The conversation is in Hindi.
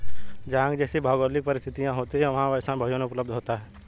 जहां की जैसी भौगोलिक परिस्थिति होती है वहां वैसा भोजन उपलब्ध होता है